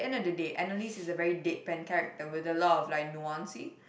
end of the day Annalise is a very deadpan character with a lot of like nuances